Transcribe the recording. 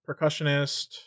percussionist